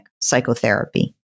psychotherapy